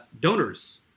donors